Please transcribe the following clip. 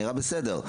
נראה בסדר.